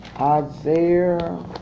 Isaiah